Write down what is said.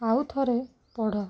ଆଉ ଥରେ ପଢ଼